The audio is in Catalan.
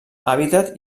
hàbitat